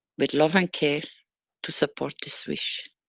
with love and care to support this wish.